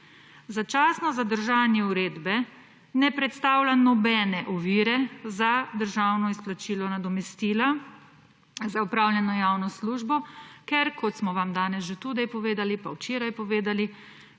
Začasno zadržanje uredbe ne predstavlja nobene ovire za državno izplačilo nadomestila za opravljeno javno službo, ker, kot smo vam danes že tudi povedali, pa včeraj povedali,